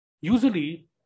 usually